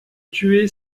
tué